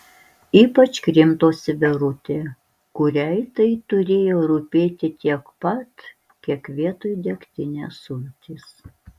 ypač krimtosi verutė kuriai tai turėjo rūpėti tiek pat kiek vietoj degtinės sultys